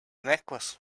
necklace